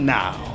now